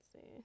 see